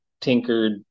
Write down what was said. tinkered